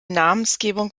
namensgebung